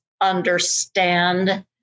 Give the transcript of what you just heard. understand